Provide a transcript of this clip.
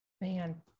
Man